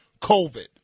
COVID